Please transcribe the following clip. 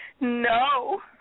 No